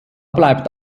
bleibt